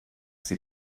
sie